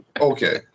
Okay